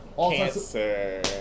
Cancer